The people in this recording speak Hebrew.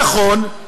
"נכון,